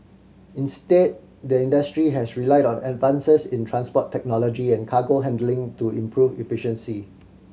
instead the industry has relied on advances in transport technology and cargo handling to improve efficiency